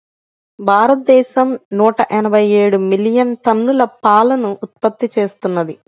భారతదేశం నూట ఎనభై ఏడు మిలియన్ టన్నుల పాలను ఉత్పత్తి చేస్తున్నది